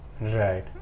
Right